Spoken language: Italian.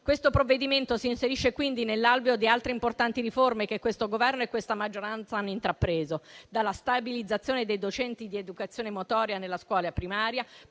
Questo provvedimento si inserisce quindi nell'alveo di altre importanti riforme che questo Governo e questa maggioranza hanno intrapreso, dalla stabilizzazione dei docenti di educazione motoria nella scuola primaria,